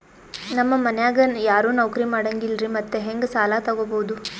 ನಮ್ ಮನ್ಯಾಗ ಯಾರೂ ನೌಕ್ರಿ ಮಾಡಂಗಿಲ್ಲ್ರಿ ಮತ್ತೆಹೆಂಗ ಸಾಲಾ ತೊಗೊಬೌದು?